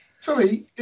sorry